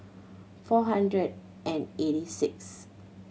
four hundred and eighty sixth